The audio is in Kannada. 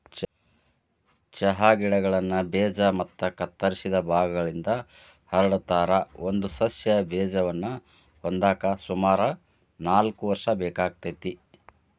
ಚಹಾ ಗಿಡಗಳನ್ನ ಬೇಜ ಮತ್ತ ಕತ್ತರಿಸಿದ ಭಾಗಗಳಿಂದ ಹರಡತಾರ, ಒಂದು ಸಸ್ಯ ಬೇಜವನ್ನ ಹೊಂದಾಕ ಸುಮಾರು ನಾಲ್ಕ್ ವರ್ಷ ಬೇಕಾಗತೇತಿ